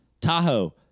Tahoe